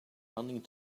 running